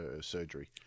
surgery